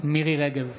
מירי מרים רגב,